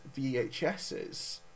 VHSs